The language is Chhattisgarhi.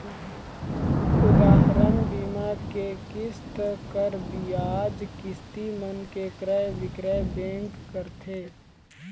उदाहरन, बीमा के किस्त, कर, बियाज, किस्ती मन के क्रय बिक्रय बेंक करथे